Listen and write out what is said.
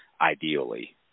ideally